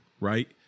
right